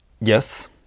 yes